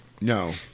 No